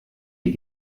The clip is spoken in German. die